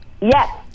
Yes